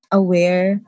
aware